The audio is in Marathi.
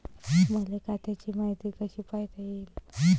मले खात्याची मायती कशी पायता येईन?